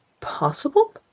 possible